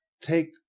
take